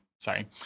Sorry